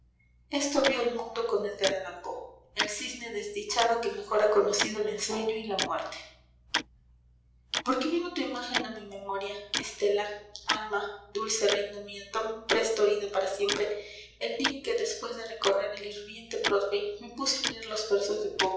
esto vio el mundo con edgar allan poe el cisne desdichado que mejor ha conocido el ensueño y la muerte por qué vino tu imagen a mi memoria stella alma dulce reina mía tan presto ida para siempre el día en que después de recorrer el hirviente broadway me puse a leer los versos